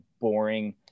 boring